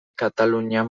katalunian